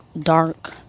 dark